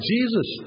Jesus